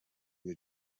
the